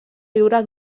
viure